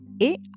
et